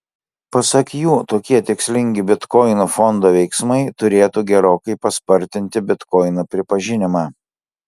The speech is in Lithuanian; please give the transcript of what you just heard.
pasak jų tokie tikslingi bitkoinų fondo veiksmai turėtų gerokai paspartinti bitkoinų pripažinimą